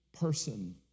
person